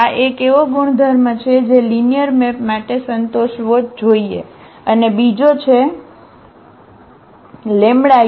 આ એક એવો ગુણધર્મ છે જે લિનિયર મેપ માટે સંતોષવો જ જોઈએ અને બીજો છે λuλAu